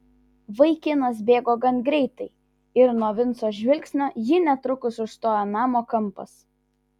vaikinas bėgo gan greitai ir nuo vinco žvilgsnio jį netrukus užstojo namo kampas